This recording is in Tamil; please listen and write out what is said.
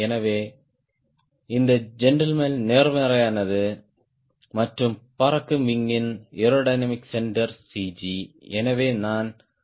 எனவே இந்த ஜென்டில்மேன் நேர்மறையானது மற்றும் பறக்கும் விங்ன் ஏரோடைனமிக் சென்டர் C